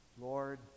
Lord